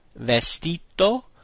Vestito